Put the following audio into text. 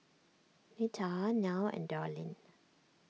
Netta Nile and Darlyne